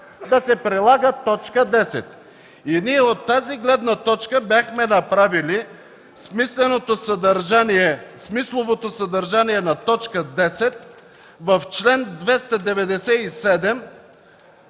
да се прилага т. 10”. Ние от тази гледна точка бяхме направили смисловото съдържание на т. 10 в чл. 297